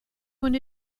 going